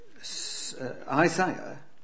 Isaiah